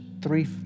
three